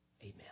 Amen